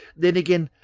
then, again,